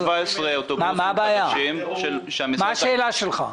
יש 17 אוטובוסים חדשים --- מה השאלה שלך?